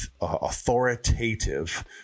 authoritative